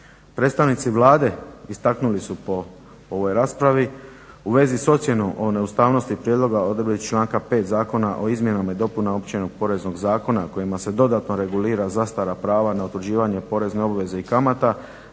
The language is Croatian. Predstavnici Vlade istaknuli su po ovoj raspravi u vezi s ocjenom o neustavnosti prijedloga odredbe članka 5. Zakona o izmjenama i dopunama Općeg poreznog zakona kojima se dodatno regulira zastara prava na utvrđivanje porezne obveze i kamata,